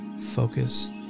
focus